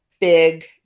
big